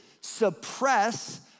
suppress